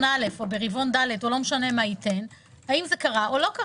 א' או ד' או לא משנה האם זה קרה או לא?